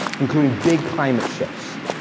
including big climate shifts.